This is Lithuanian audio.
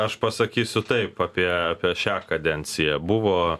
aš pasakysiu taip apie apie šią kadenciją buvo